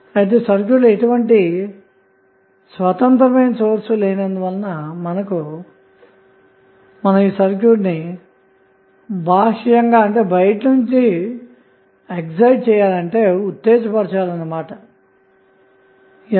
అయితే సర్క్యూట్ లో ఎటువంటి స్వతంత్రమైన సోర్స్ లేనందువలన మనము సర్క్యూట్ ని బాహ్యంగా ఉత్తేజపరచాలి అన్న మాట అంటే ఏమిటి